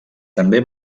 també